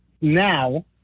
now